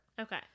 Okay